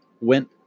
went